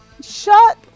shut